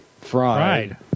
Fried